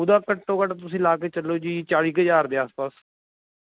ਉਹਦਾ ਘੱਟੋ ਘੱਟ ਤੁਸੀਂ ਲਗਾ ਕੇ ਚੱਲੋ ਜੀ ਚਾਲ਼ੀ ਕੁ ਹਜ਼ਾਰ ਦੇ ਆਸ ਪਾਸ